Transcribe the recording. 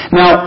now